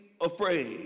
afraid